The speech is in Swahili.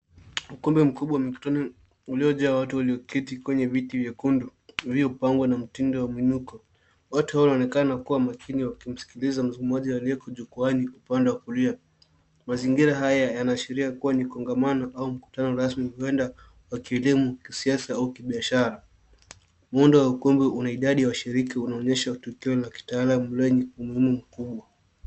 Ukumbi mkubwa wa mikutano uliojaa watu walioketi kwenye viti vyekundu, vilivyopangwa na mtindo wa muinuko. Watu wanaonekana wakiwa makini wakimskiza mtu mmoja aliye jukwani upande wa kulia. Mazingira haya yanaashiria kuwa ni kongamano au mkutano rasmi, huenda wa kielimu, kisasa au biashara. Muundo wa ukumbi una idadi wa washiriki wanaonyesha tukio la kitaalam lenye umuhimu mkubwa.